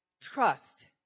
Trust